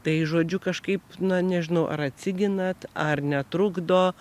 tai žodžiu kažkaip na nežinau ar atsiginat ar netrukdo